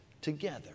together